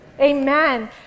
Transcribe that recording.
Amen